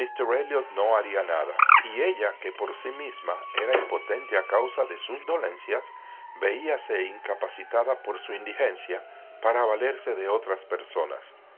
no haría nada y ella que por sí misma era impotente a causa de sus dolencias veíase incapacitada por su indigencia para valerse de otras personas